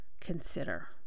consider